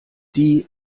die